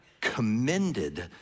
commended